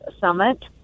summit